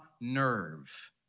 nerve